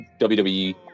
WWE